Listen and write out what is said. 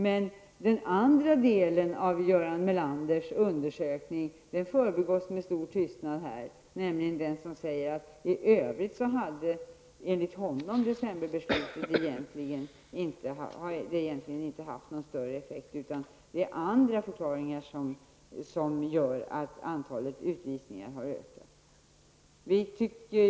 Men den andra delen av Göran Melanders undersökning förbigås här med stor tystnad. I den framhålls att decemberbeslutet egentligen inte har haft någon större effekt, utan att det finns andra förklaringar till att antalet utvisningar har ökat.